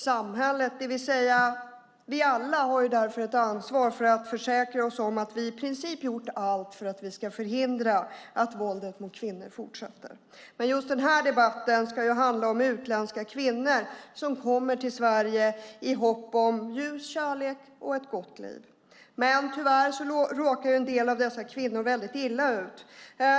Samhället, det vill säga vi alla, har därför ett ansvar för att försäkra oss om att vi i princip har gjort allt för att förhindra att våldet mot kvinnor fortsätter. Just den här debatten ska handla om utländska kvinnor som kommer till Sverige i hopp om ljus kärlek och ett gott liv. Men tyvärr råkar en del av dessa kvinnor väldigt illa ut.